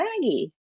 Maggie